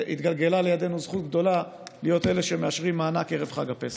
התגלגלה לידנו זכות גדולה להיות אלה שמאשרים מענק ערב חג הפסח.